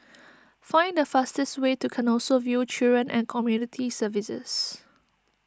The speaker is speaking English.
find the fastest way to Canossaville Children and Community Services